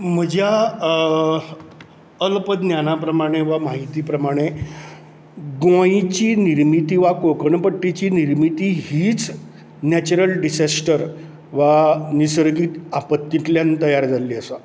म्हज्या अल्प ज्ञाना प्रमाणे वा म्हायती प्रमाणे गोंयची निर्मीती वा कोंकण पट्टीची निर्मीती हीच नॅचरल डिसेस्टर वा निसर्गीक आपत्तींतल्यान तयार जाल्ली आसा